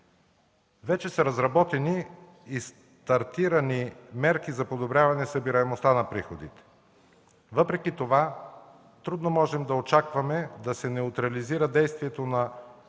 Вече са разработени и стартирани мерки за подобряване събираемостта на приходите. Въпреки това трудно можем да очакваме да се неутрализира действието на